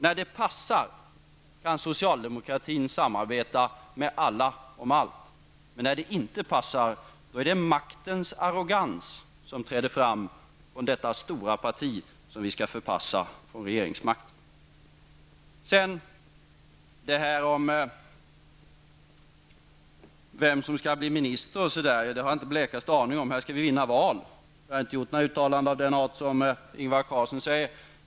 När det passar kan socialdemokratin samarbeta med alla om allt, men när det inte passar är det maktens arrogans som träder fram från detta stora parti som vi skall förpassa från regeringsmakten. Vem som skall bli minister har jag inte den blekaste aning om. Här gäller det att vi skall vinna ett val. Jag har inte gjort några uttalanden av den art som Ingvar Carlsson säger.